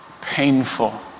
painful